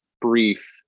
brief